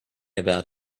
about